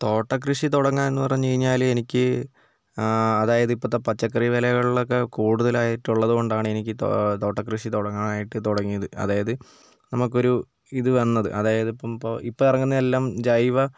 തോട്ടക്കൃഷി തുടങ്ങാമെന്നു പറഞ്ഞു കഴിഞ്ഞാൽ എനിക്ക് അതായത് ഇപ്പോഴത്തെ പച്ചക്കറി വിലകളിലൊക്കെ കൂടുതലായിട്ടുള്ളതുകൊണ്ടാണ് എനിക്ക് തോട്ടക്കൃഷി തുടങ്ങാനായിട്ട് തുടങ്ങിയത് അതായത് നമുക്കൊരു ഇത് വന്നത് അതായത് ഇപ്പം ഇപ്പം ഇറങ്ങുന്നതെല്ലാം ജൈവ